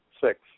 six